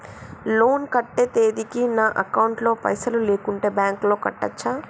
Loan కట్టే తేదీకి నా అకౌంట్ లో పైసలు లేకుంటే బ్యాంకులో కట్టచ్చా?